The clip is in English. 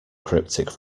cryptic